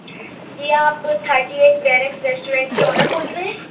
جی آپ thirty eight barracks restaurant کے owner بول رہے ہیں